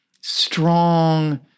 strong